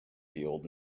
field